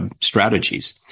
strategies